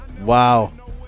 Wow